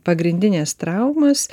pagrindines traumas